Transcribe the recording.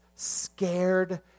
scared